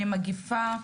מגיפה,